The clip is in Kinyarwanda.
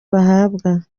bahabwa